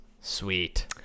sweet